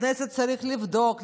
שהכנסת צריכה לבדוק,